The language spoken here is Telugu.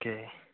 ఓకే